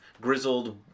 grizzled